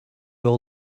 all